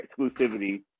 exclusivity